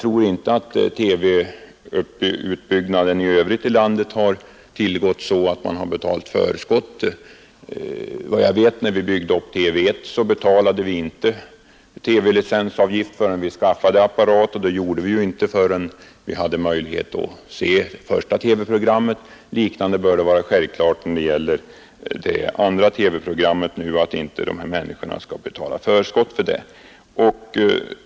TV-utbyggnaden i det övriga landet har ju inte tillgått så att man har betalt förskott. När vi byggde upp TV 1 betalade vi såvitt jag vet inte någon TV-licensavgift förrän vi hade skaffat apparater, och det gjorde vi inte förrän vi hade möjligheter att se det första TV-programmet. Detsamma bör självfallet gälla också för TV 2-programmet. Man skall inte behöva betala förskott för att få se det i glesbygderna.